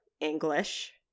english